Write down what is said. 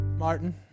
martin